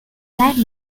like